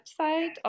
website